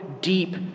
deep